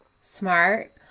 smart